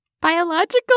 biological